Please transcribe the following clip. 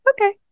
okay